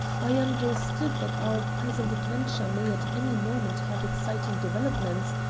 i understood that our present adventure may at any moment have exciting developments,